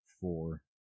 four